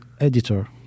editor